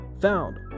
Found